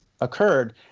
occurred